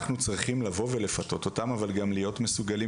אנחנו צריכים לבוא ולפתות אותם אבל גם להיות מסוגלים